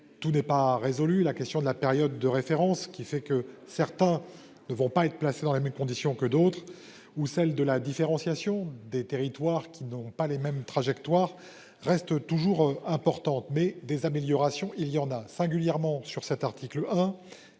tout n'est pas résolu la question de la période de référence qui fait que certains ne vont pas être placé dans la même condition que d'autres ou celle de la différenciation des territoires qui n'ont pas les mêmes trajectoires reste toujours importante mais des améliorations, il y en a singulièrement sur cet article 1